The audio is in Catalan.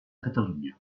catalunya